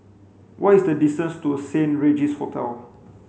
what is the distance to Saint Regis Hotel